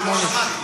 לא שמעתי.